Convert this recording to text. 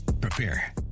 Prepare